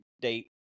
date